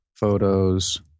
Photos